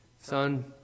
Son